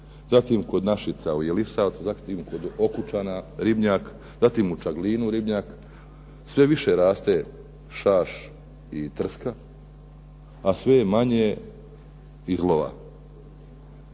zatim kod Našica, zatim kod Okućana ribnjak, zatim u Čaglinu ribnjak, sve više raste šaš i trska a sve je manje izlova.